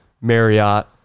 Marriott